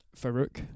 Farouk